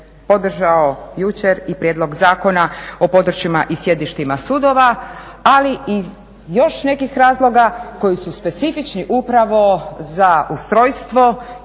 podržao jučer i prijedlog zakona o područjima i sjedištima sudova, ali i još nekih razloga koji su specifični upravo za ustrojstvo